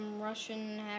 Russian